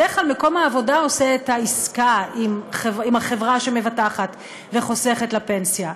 בדרך כלל מקום העבודה עושה את העסקה עם החברה שמבטחת וחוסכת לפנסיה,